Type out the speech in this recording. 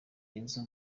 benzo